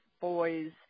boys